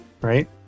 right